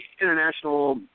international